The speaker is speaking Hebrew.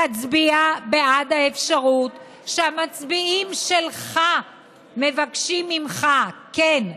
תצביע בעד האפשרות שהמצביעים שלך מבקשים ממך, כן,